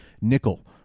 nickel